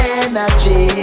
energy